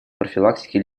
профилактики